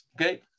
okay